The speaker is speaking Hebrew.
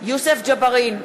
יוסף ג'בארין,